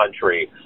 country